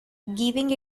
giving